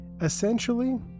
essentially